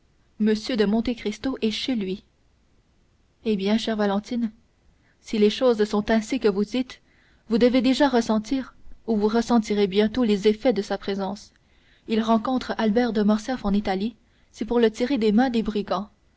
m de monte cristo est chez lui eh bien chère valentine si les choses sont ainsi que vous dites vous devez déjà ressentir ou vous ressentirez bientôt les effets de sa présence il rencontre albert de morcerf en italie c'est pour le tirer des mains des brigands